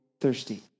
thirsty